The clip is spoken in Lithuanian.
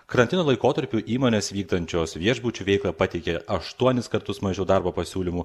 karantino laikotarpiu įmonės vykdančios viešbučių veiklą pateikė aštuonis kartus mažiau darbo pasiūlymų